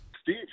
Steve